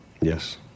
Yes